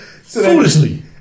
Foolishly